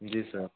जी sir